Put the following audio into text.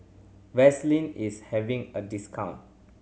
Vaselin is having a discount